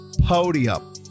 PODIUM